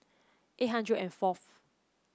eight hundred and fourth